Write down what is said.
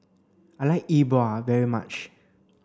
I like E Bua very much